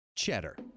cheddar